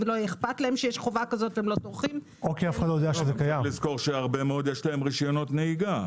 להרבה יש רשיונות נהיגה.